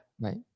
Right